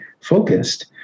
focused